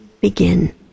begin